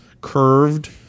curved